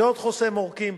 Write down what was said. זה עוד חוסם עורקים,